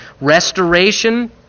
restoration